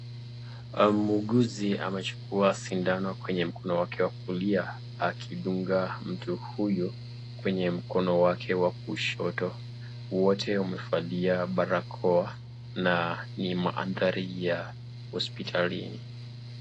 Muuguzi amechukua sindano kwenye mkono wake wa kulia akidunga mtu huyu kwenye mkono wake wa kushoto, wote wamevalia barakoa na ni mandhari ya hosiptalini.